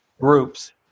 groups